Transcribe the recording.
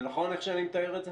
זה נכון איך שאני מתאר את זה?